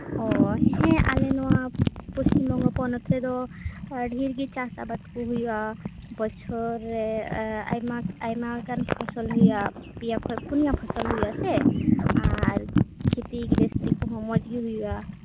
ᱚ ᱦᱮᱸ ᱟᱞᱮ ᱱᱚᱣᱟ ᱯᱚᱥᱪᱤᱢ ᱵᱚᱝᱜᱚ ᱯᱚᱱᱚᱛ ᱨᱮᱫᱚ ᱰᱷᱮᱨ ᱜᱮ ᱪᱟᱥᱼᱟᱵᱟᱫ ᱠᱚ ᱦᱩᱭᱩᱜᱼᱟ ᱵᱚᱪᱷᱚᱨ ᱨᱮ ᱟᱭᱢᱟ ᱟᱭᱢᱟ ᱜᱟᱱ ᱯᱷᱚᱥᱚᱞ ᱦᱩᱭᱩᱜᱼᱟ ᱯᱮᱭᱟ ᱠᱷᱚᱡ ᱯᱩᱱᱭᱟ ᱯᱷᱚᱥᱚᱞ ᱦᱩᱭᱩᱜ ᱟᱥᱮ ᱟᱨ ᱠᱷᱮᱛᱤ ᱜᱮᱨᱮᱥᱛᱤ ᱠᱚᱦᱚᱸ ᱢᱚᱡᱽ ᱜᱮ ᱦᱩᱭᱩᱜᱼᱟ